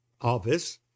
office